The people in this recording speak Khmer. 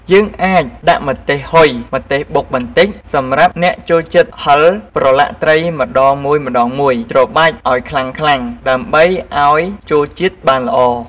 យើងអាចដាក់ម្ទេសហុយ ម្ទេសបុកបន្តិចសម្រាប់អ្នកចូលចិត្តហឹរ ប្រឡាក់ត្រីម្ដងមួយៗច្របាច់ឱ្យខ្លាំងៗដើម្បីឱ្យចូលជាតិបានល្អ។